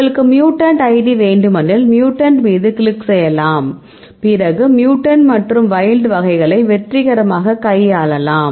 உங்களுக்கு mutant ID வேண்டுமெனில் mutant மீது கிளிக் செய்யலாம் பிறகு மியூட்டன்ட் மற்றும் வைல்ட் வகைகளை வெற்றிகரமாக கையாளலாம்